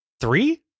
three